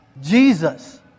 Jesus